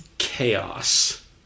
Chaos